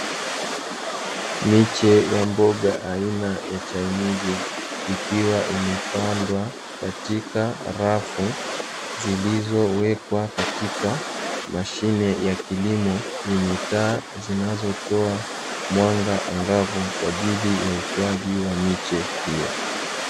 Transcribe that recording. Miche ya mboga aina ya chainizi ikiwa imepandwa katika rafu zilizowekwa katika mashine ya kilimo yenye taa zinazotoa mwanga angavu kwa ajili ya ukuaji wa miche hiyo.